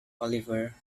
oliver